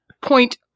Point